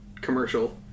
commercial